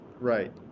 Right